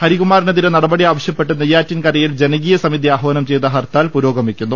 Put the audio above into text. ഹരികുമാറിനെതിരെ നടപടി ആവശ്യപ്പെട്ട് നെയ്യാ റ്റിൻകരയിൽ ജനകീയ സമിതി ആഹ്വാനം ചെയ്ത ഹർത്താൽ പുരോഗ മിക്കുന്നു